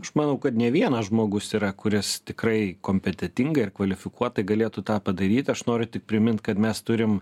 aš manau kad ne vienas žmogus yra kuris tikrai kompetentingai ir kvalifikuotai galėtų tą padaryti aš noriu tik primint kad mes turim